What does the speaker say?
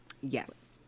Yes